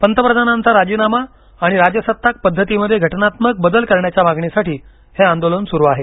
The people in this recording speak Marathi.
पंतप्रधानांचा राजीनामा आणि राजसत्ताक पद्धतीमध्ये घटनात्मक बदल करण्याच्या मागणीसाठी हे आंदोलन सुरू आहे